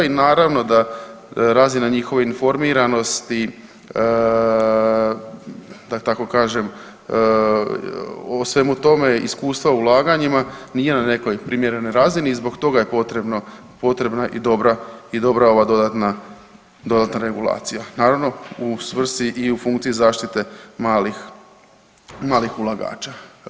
I naravno da razina njihove informiranosti da tako kažem o svemu tome, iskustva ulaganjima nije na nekoj primjerenoj razini i zbog toga je potrebno, potrebna i dobra ova dodatna, dodatna regulacija naravno u svrsi i u funkciji zaštite malih, malih ulagača.